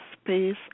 space